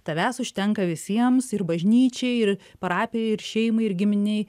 tavęs užtenka visiems ir bažnyčiai ir parapijai ir šeimai ir giminei